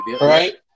right